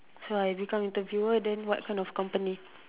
so I become interviewer then what kind of company